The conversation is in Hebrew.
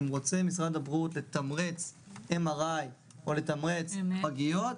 אם משרד הבריאות רוצה לתמרץ MRI או לתמרץ פגיות,